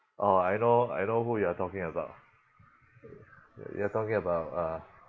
orh I know I know who you're talking about you're talking about uh